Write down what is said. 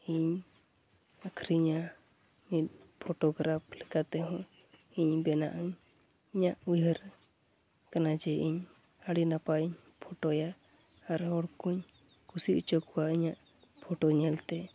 ᱤᱧ ᱟᱹᱠᱷᱨᱤᱧᱟ ᱢᱤᱫ ᱯᱷᱳᱴᱳᱜᱨᱟᱯᱷ ᱞᱮᱠᱟᱛᱮᱦᱚᱸ ᱤᱧᱤᱧ ᱵᱮᱱᱟᱜᱟᱹᱧ ᱤᱧᱟᱹᱜ ᱩᱭᱦᱟᱹᱨ ᱠᱟᱱᱟ ᱡᱮ ᱤᱧ ᱟᱹᱰᱤ ᱱᱟᱯᱟᱭ ᱯᱷᱳᱴᱳᱭᱟ ᱟᱨ ᱦᱚᱲᱠᱚᱹᱧ ᱠᱩᱥᱤ ᱚᱪᱚ ᱠᱚᱣᱟ ᱤᱧᱟᱹᱜ ᱯᱷᱚᱴᱚ ᱧᱮᱞᱛᱮ